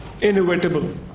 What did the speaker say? inevitable